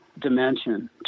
dimension